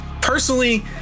personally